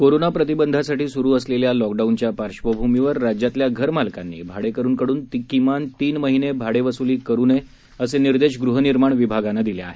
corona प्रतिबंधासाठी स्रु असलेल्या लॉक डाउनच्या पार्श्वभूमीवर राज्यातल्या घर मालकांनी भाडेकरूंकडून किमान तीन महिने भाडेवस्ली करू नये असे निर्देश गृहनिर्माण विभागानं दिले आहेत